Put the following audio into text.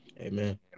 Amen